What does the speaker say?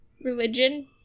religion